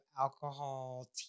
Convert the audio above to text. alcohol